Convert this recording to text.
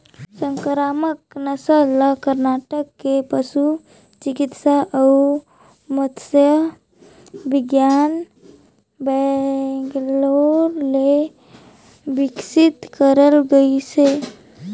संकरामक नसल ल करनाटक के पसु चिकित्सा अउ मत्स्य बिग्यान बैंगलोर ले बिकसित करल गइसे